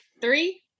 Three